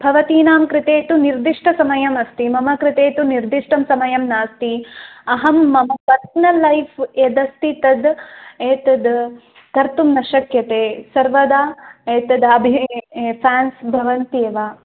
भवतीनां कृते तु निर्दिष्टसमयमस्ति मम कृते तु निर्दिष्टं समयं नास्ति अहं मम पर्सनल् लैफ़् यदस्ति तद् एतद् कर्तुं न शक्यते सर्वदा एतद् अभिनये फ़ेन्स् भवन्ति वा